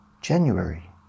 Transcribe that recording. January